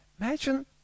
imagine